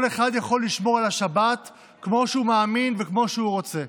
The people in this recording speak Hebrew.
כל אחד יכול לשמור על השבת כמו שהוא מאמין וכמו שהוא רוצה.